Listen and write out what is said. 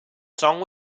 song